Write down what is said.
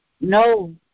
No